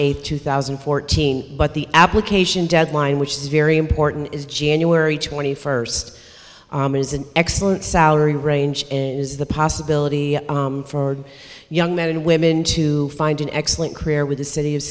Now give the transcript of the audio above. eighth two thousand and fourteen but the application deadline which is very important is january twenty first is an excellent salary range is the possibility for young men and women to find an excellent career with the city